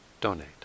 donate